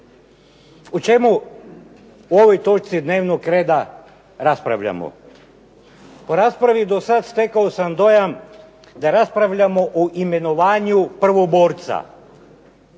O čemu u ovoj točci dnevnog reda raspravljamo? U raspravi do sada stekao sam dojam da raspravljamo o imenovanju prvoborca